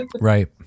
Right